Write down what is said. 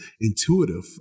intuitive